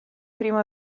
primo